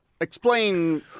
Explain